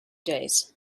days